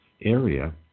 area